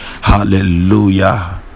hallelujah